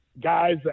guys